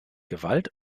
gewalt